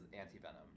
anti-venom